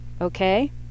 okay